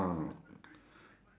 what is it I can't hear you